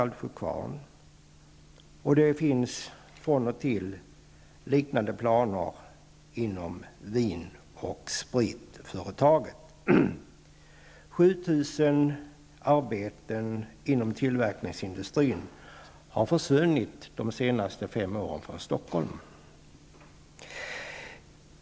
Liknande planer finns av och till inom Under de senaste fem åren har 7 000 arbeten försvunnit inom tillverkningsindustrin i Stockholm.